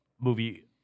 movie